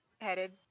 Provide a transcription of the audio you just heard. headed